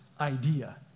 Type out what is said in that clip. idea